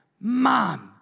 Mom